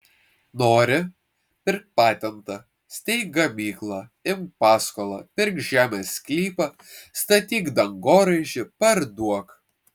nori pirk patentą steik gamyklą imk paskolą pirk žemės sklypą statyk dangoraižį parduok